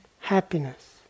happiness